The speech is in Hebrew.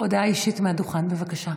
הודעה אישית מהדוכן, בבקשה.